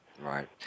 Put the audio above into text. Right